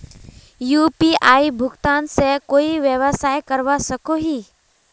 UPI भुगतान से कोई व्यवसाय करवा सकोहो ही?